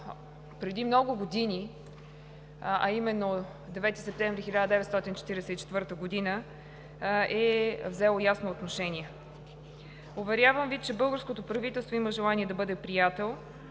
преди много години, а именно 9 септември 1944 г., е взел ясно отношение. Уверявам Ви, че българското правителство има желание да бъде приятел,